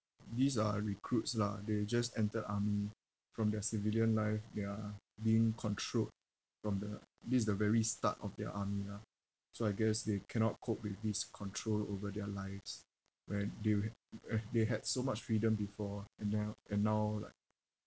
these are recruits lah they just enter army from their civilian life they are being controlled from the this is the very start of their army lah so I guess they cannot cope with this control over their lives where they will ha~ eh they had so much freedom before and now and now like